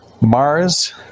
Mars